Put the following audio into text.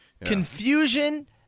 confusion